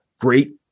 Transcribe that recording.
great